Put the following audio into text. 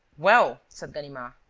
well, said ganimard,